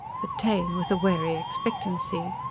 but taine with a wary expectancy.